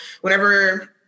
whenever